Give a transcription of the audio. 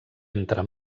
entre